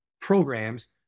programs